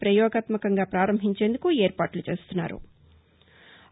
ప్రపయోగాత్నకంగా ప్రారంభించేందుకు ఏర్పాట్లు చేస్తున్నారు